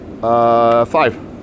Five